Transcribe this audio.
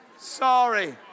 sorry